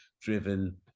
driven